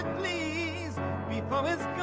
please before